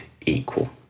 equal